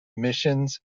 missions